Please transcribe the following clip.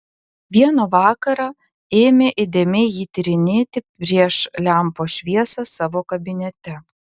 vieną vakarą ėmė įdėmiai jį tyrinėti prieš lempos šviesą savo kabinete